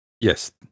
Yes